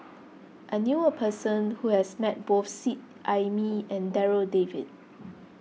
I knew a person who has met both Seet Ai Mee and Darryl David